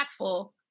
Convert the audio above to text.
impactful